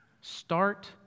Start